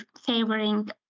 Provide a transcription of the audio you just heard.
favoring